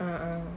um